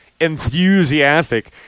enthusiastic